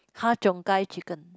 Ha-Cheong-Gai chicken